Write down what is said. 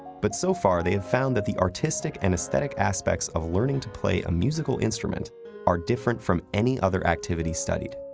but so far, they have found that the artistic and aesthetic aspects of learning to play a musical instrument are different from any other activity studied,